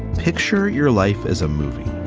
picture your life as a movie.